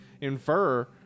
infer